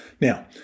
Now